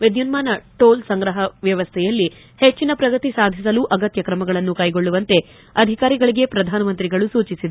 ವಿದ್ಯುನ್ನಾನ ಟೋಲ್ ಸಂಗ್ರಹ ವ್ಲವಸ್ಥೆಯಲ್ಲಿ ಹೆಚ್ಚಿನ ಪ್ರಗತಿ ಸಾಧಿಸಲು ಅಗತ್ಯ ಕ್ರಮಗಳನ್ನು ಕೈಗೊಳ್ಳುವಂತೆ ಅಧಿಕಾರಿಗಳಿಗೆ ಪ್ರಧಾನಮಂತ್ರಿಗಳು ಸೂಚಿಸಿದರು